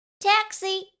Taxi